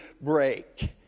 break